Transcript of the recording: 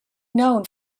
known